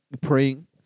praying